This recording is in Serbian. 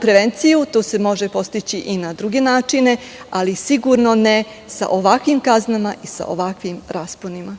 prevenciju, to se može postići i na druge načine, ali sigurno ne sa ovakvim kaznama i sa ovakvim rasponima.